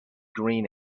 green